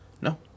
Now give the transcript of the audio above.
No